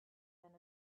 than